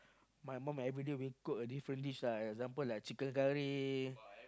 my mum everyday will cook a different dish lah example like chicken curry